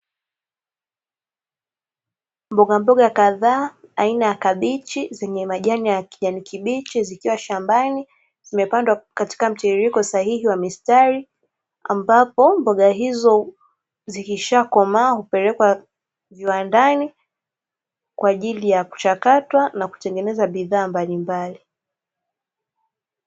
Mbogamboga kadhaa, aina ya kabichi zenye majani ya kijani kibichi zikiwa shambani. Zimepandwa katika mtiririko sahihi wa mistari, ambapo mboga hizo zikisha komaa hupelekwa viwandani kwaajili ya kuchakatwa na kutengeneza bidhaa mbalimbali.